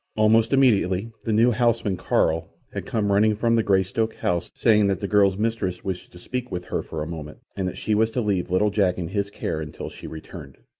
almost immediately the new houseman, carl, had come running from the greystoke house, saying that the girl's mistress wished to speak with her for a moment, and that she was to leave little jack in his care until she returned.